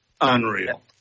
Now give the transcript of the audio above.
Unreal